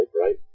right